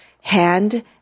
hand